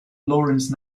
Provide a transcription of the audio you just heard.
lawrence